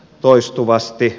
toistuvasti